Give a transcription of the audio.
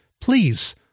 please